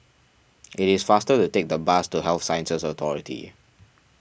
it is faster to take the bus to Health Sciences Authority